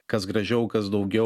kas gražiau kas daugiau